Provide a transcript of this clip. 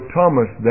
Thomas